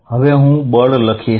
હવે હું બળ લખીશ